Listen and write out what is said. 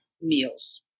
meals